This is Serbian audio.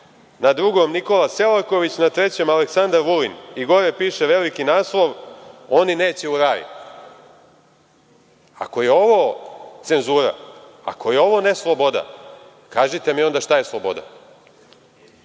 na drugom Nikola Selaković, na trećem Aleksandar Vulin i gore piše veliki naslov: „Oni neće u raj“. Ako je ovo cenzura, ako je ovo nesloboda, kažite mi onda šta je sloboda?I,